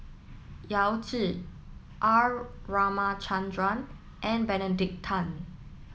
Yao Zi R Ramachandran and Benedict Tan